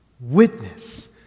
witness